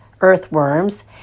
earthworms